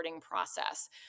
process